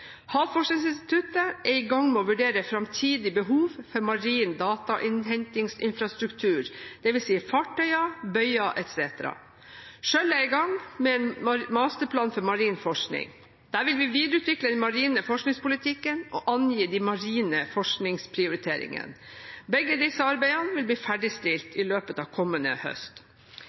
Havforskningsinstituttet er i gang med å vurdere framtidig behov for marin datainnhentingsinfrastruktur, det vil si fartøy, bøyer etc. Selv er jeg i gang med en masterplan for marin forskning. Der vil vi videreutvikle den marine forskningspolitikken og angi de marine forskningsprioriteringene. Begge disse arbeidene vil bli